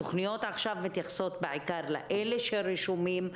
התוכניות עכשיו מתייחסות בעיקר לאלו שרשומים,